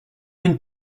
been